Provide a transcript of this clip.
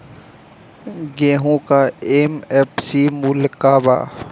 गेहू का एम.एफ.सी मूल्य का बा?